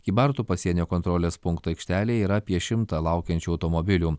kybartų pasienio kontrolės punkto aikštelėj yra apie šimtą laukiančių automobilių